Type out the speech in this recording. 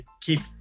keep